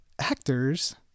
actors